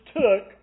took